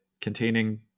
containing